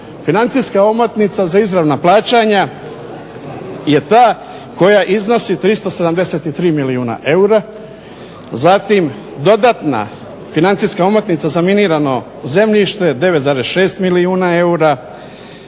Financijska omotnica za izravna plaćanja je ta koja iznosi 373 milijuna eura, zatim dodatna financijska omotnica za minirano zemljište 9,6 milijuna eura,